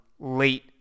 late